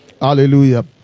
Hallelujah